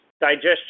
digestion